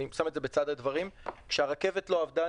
אני שם את זה בצד הדברים כשהרכבת לא עבדה,